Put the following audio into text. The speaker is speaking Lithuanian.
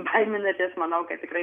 baiminatės manau kad tikrai